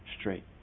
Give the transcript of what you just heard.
straight